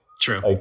True